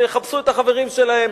שיחפשו את החברים שלהם,